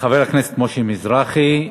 חבר הכנסת משה מזרחי,